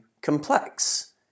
complex